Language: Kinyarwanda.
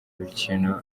rukino